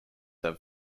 have